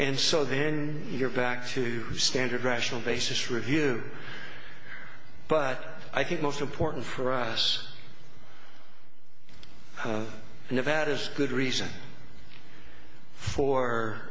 and so then you're back to the standard rational basis review but i think most important for us and if that is good reason for